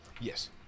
Yes